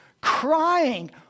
crying